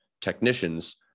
technicians